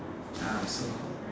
ya so